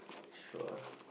sure